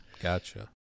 Gotcha